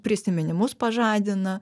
prisiminimus pažadina